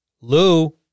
Lou